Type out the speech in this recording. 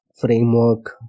framework